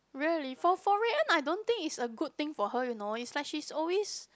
really for for Rui-En I don't think is a good thing for her you know is like she always